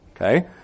Okay